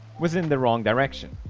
was in the wrong direction